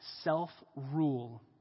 self-rule